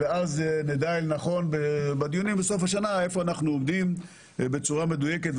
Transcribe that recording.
נדע אל נכון בדיונים בסוף השנה איפה אנחנו עומדים בצורה מדויקת,